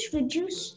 reduce